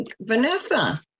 Vanessa